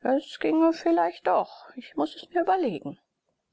es ginge vielleicht doch ich muß es mir überlegen